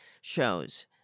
shows